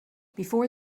before